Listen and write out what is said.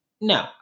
no